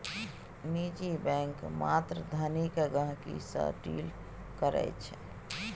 निजी बैंक मात्र धनिक गहिंकी सँ डील करै छै